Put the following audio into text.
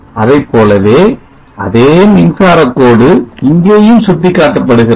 அதைப்போலவே அதே மின்சாரக் கோடு இங்கேயும் சுட்டிக்காட்டப்படுகிறது